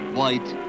white